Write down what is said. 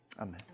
Amen